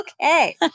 okay